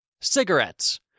cigarettes